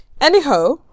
Anyhow